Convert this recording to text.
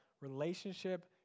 relationship